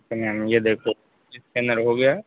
ma'am ये देखो scanner हो गया है